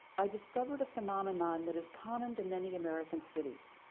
i discovered a phenomenon that is common to many american cities.